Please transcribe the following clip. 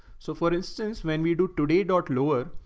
so for instance, when we do today dot lower,